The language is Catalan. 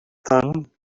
tant